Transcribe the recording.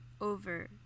over